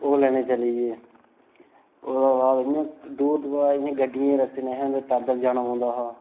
ओह् लैने गी चली गे ओह्दे बाद इ'यां दूर दूरा इ'यां गड्डियें दे रस्ते नेहे होंदे इ'यां पैदल जाना पौंदा हा